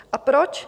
A proč?